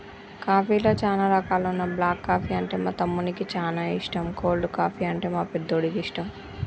కాఫీలో చానా రకాలున్న బ్లాక్ కాఫీ అంటే మా తమ్మునికి చానా ఇష్టం, కోల్డ్ కాఫీ, అంటే మా పెద్దోడికి ఇష్టం